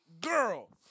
girl